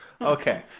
Okay